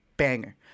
Banger